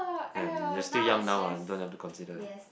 um you're still young now lah don't have to consider it